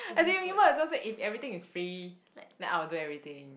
as in you mean what so it's like if everything is free then I will do everything